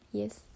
yes